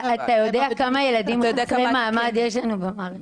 אתה יודע כמה ילדים חסרי מעמד יש לנו במערכת?